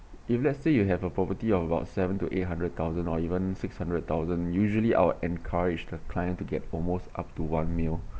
if let's say you have a property of about seven to eight hundred thousand or even six hundred thousand usually I will encourage the client to get almost up to one mil